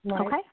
Okay